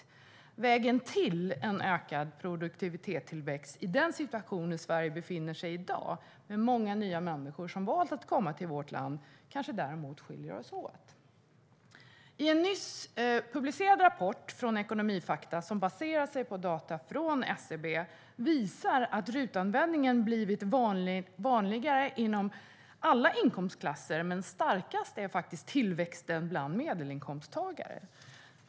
Hur vi ser på vägen till en ökad produktivitetstillväxt i den situation Sverige i dag befinner sig i, med många nya människor som valt att komma till vårt land, kanske däremot skiljer sig åt. En nyss publicerad rapport från Ekonomifakta, som baserar sig på data från SCB, visar att RUT-användningen blivit vanligare inom alla inkomstklasser men att tillväxten faktiskt är starkast bland medelinkomsttagare.